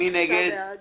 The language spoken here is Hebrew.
בעד